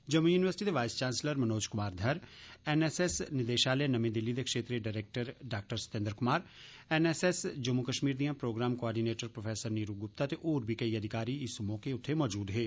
Jammu university दे vice chancellor Manoj Kumar घर NSS निदेशालय नमीं दिल्ली दे क्षेत्रीय director doctor Satinder Kumar N S S Jammu Kashmir दिआं programme coordinator professor Neeru Gupta ते होर बी केई अधिकारी इस मौके उत्थे मौजूद हे